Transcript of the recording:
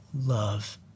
love